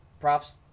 props